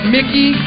Mickey